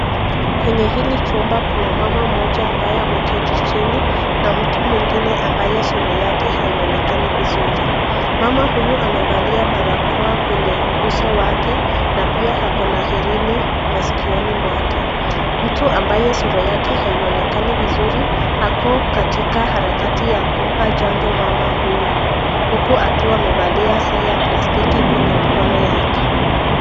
Kwenye hili chumba kuna mama mmoja ambaye ameketi chini na mtu mwingine ambaye sura yake haionekani vizuri. Mama huyu amevalia barakoa kwenye uso wake na pia ako na herini masikioni mwake. Mtu mwenye sura yake haionekani vizuri ako katika harakati ya kumpa chanjo mama huyo huku akiwa amevalia saa ya plastiki kwenye mkono yake.